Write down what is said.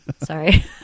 Sorry